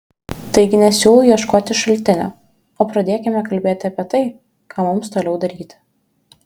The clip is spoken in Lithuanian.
taigi nesiūlau ieškoti šaltinio o pradėkime kalbėti apie tai ką mums toliau daryti